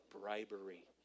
Bribery